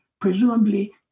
presumably